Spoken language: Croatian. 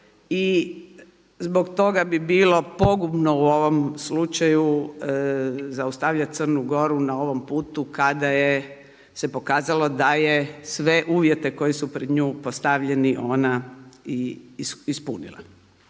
I zbog toga bi bilo pogubno u ovom slučaju zaustavljati Crnu Goru na ovom putu kada se pokazalo da je sve uvjete koje su pred nju postavljeni ona ispunila.